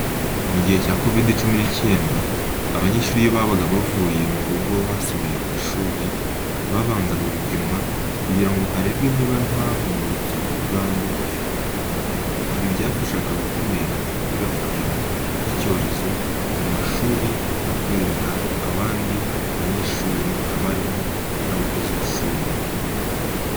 Mugihe cya COVID-19, abanyeshuri iyo babaga bavuye mu rugo basubiye ku ishuri babanzaga gupimwa kugira ngo harebwe niba nta bimenyetso by'ubwandu bafite. Ibi byafashaga gukumira ikwirakwira ry'icyorezo mu mashuri no kurinda abandi banyeshuri, abarimu n'abakozi b'ishuri.